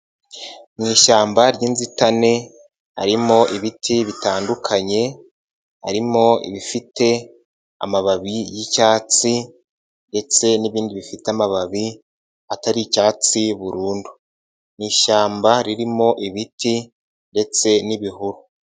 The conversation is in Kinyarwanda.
Mu ishyamba ry'inzitane harimo ibiti bitandukanye, harimo ibifite amababi y'icyatsi ndetse n'ibindi bifite amababi atari icyatsi burundu, ni ishyamba ririmo ibiti ndetse n'ibihuru.